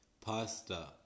pasta